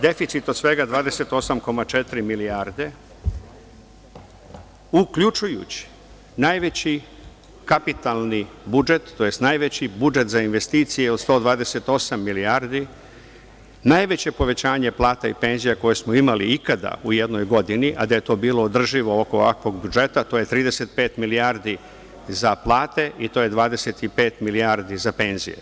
Deficit od svega 28,4 milijarde, uključujući najveći kapitalni budžet tj. najveći budžet za investicije od 128 milijardi, najveće povećanje plata i penzija koje smo imali ikada u jednoj godini a da je to bilo održivo oko ovakvog budžeta, to je 35 milijardi za plate i to je 25 milijardi za penzije.